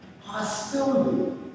hostility